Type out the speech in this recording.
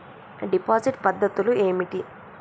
Deposit పద్ధతులు ఏమిటి?